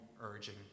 urging